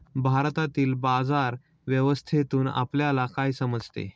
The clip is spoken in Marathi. भारतातील बाजार व्यवस्थेतून आपल्याला काय समजते?